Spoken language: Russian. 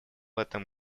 этом